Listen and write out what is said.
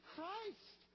Christ